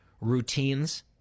routines